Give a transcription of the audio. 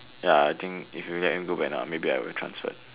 ya I think if you let me go back now maybe I will transferred